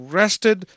rested